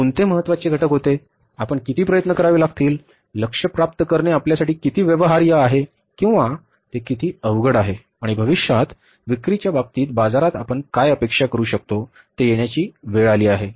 कोणते महत्त्वाचे घटक होते आपणास किती प्रयत्न करावे लागतील लक्ष्य प्राप्त करणे आपल्यासाठी किती व्यवहार्य आहे किंवा ते किती अवघड आहे आणि भविष्यात विक्रीच्या बाबतीत बाजारात आपण काय अपेक्षा करू शकतो ते येण्याची वेळ आली आहे